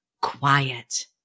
quiet